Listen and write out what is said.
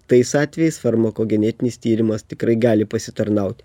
tais atvejais farmakogenetinis tyrimas tikrai gali pasitarnauti